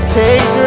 take